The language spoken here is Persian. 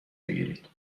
بگیرید